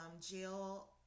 Jill